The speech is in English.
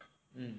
mm